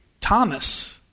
Thomas